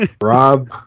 Rob